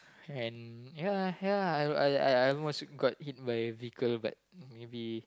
and ya ya I I I wasn't got hit by vehicle but maybe